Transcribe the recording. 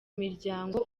miryango